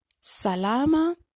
salama